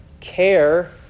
care